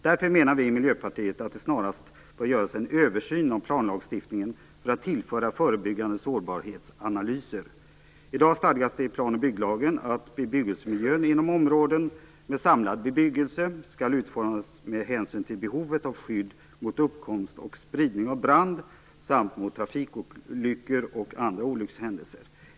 Därför menar vi i Miljöpartiet att det snarast bör göras en översyn av planlagstiftningen för att man skall tillföra förebyggande sårbarhetsanalyser. I dag stadgas det i plan och bygglagen att bebyggelsemiljön inom områden med samlad bebyggelse skall utformas med hänsyn till behovet av skydd mot uppkomst och spridning av brand samt mot trafikolyckor och andra olyckshändelser.